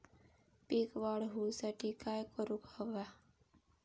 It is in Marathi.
पीक वाढ होऊसाठी काय करूक हव्या?